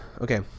okay